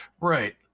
Right